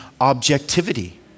objectivity